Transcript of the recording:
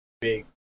big